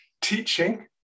teaching